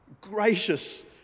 gracious